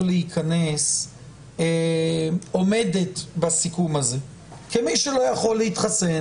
להיכנס עומדת בסיכום הזה כי מי שלא יכול להתחסן,